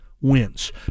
wins